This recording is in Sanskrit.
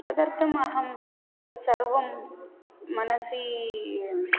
तदर्थम् अहं तत् सर्वं मनसि